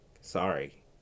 Sorry